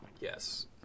Yes